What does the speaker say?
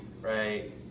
right